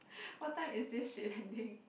what time is this shit ending